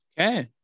okay